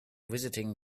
visiting